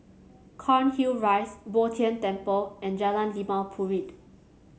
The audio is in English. Cairnhill Rise Bo Tien Temple and Jalan Limau Purut